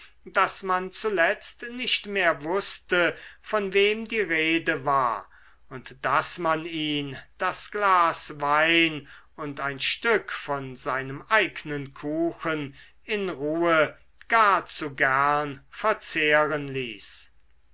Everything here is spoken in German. daß man zuletzt nicht mehr wußte von wem die rede war und daß man ihn das glas wein und ein stück von seinem eignen kuchen in ruhe gar zu gern verzehren ließ